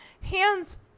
Hands